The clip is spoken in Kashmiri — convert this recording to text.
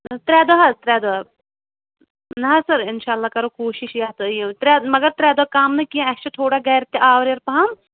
ترٛےٚ دۄہ حظ ترٛےٚ دۄہ نہ حظ انشاء اللہ کَرو کوٗشِش یَتھ یہِ مگر ترٛے دۄہ کَم نہٕ کیٚنٛہہ اَسہِ چھُ تھوڑا گَرِ تہٕ آوریر پَہَم